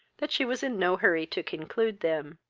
that she was in no hurry to conclude them